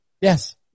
Yes